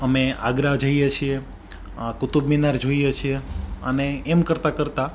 અમે આગ્રા જઈએ છીએ કુતુબ મિનાર જોઈએ છીએ અને એમ કરતાં કરતાં